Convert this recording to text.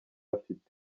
afite